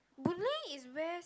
Boon-Lay is where